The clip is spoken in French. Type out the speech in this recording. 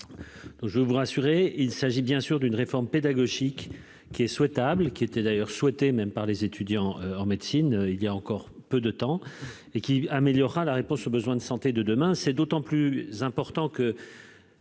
23. Rassurez-vous, il s'agit d'une réforme pédagogique qui est souhaitable- elle était d'ailleurs souhaitée par les étudiants en médecine voilà encore peu de temps -et qui améliorera la réponse aux besoins de santé de demain. C'est d'autant plus important que